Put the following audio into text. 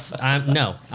No